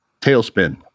Tailspin